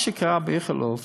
מה שקרה באיכילוב